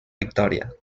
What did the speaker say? victòria